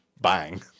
bang